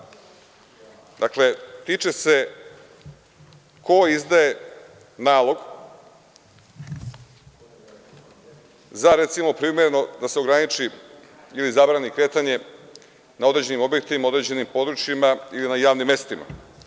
Dakle, tiče se ko izdaje nalog za, recimo, primenu da se ograniči ili zabrani kretanje na određenim objektima, u određenim područjima ili na javnim mestima.